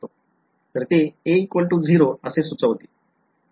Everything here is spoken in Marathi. तर ते a0 असे सुचवते